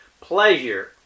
pleasure